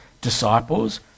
disciples